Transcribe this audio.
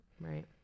right